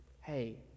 Hey